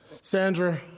Sandra